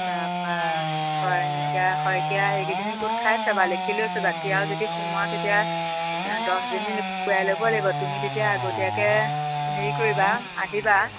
তাপা ছয়নিকা শইকীয়া এইকেইজনী গোট খাইছে বা লিখি লৈছোঁ বাকি আৰু যদি সোমোৱা তেতিয়া দহজনী কোৱাই ল'ব লাগিব তুমি তেতিয়া আগতীয়াকৈ হেৰি কৰিবা আহিবা